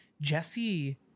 Jesse